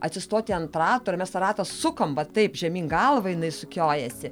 atsistoti ant rato ir mes tą ratą sukam va taip žemyn galva jinai sukiojasi